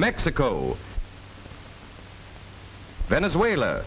mexico venezuela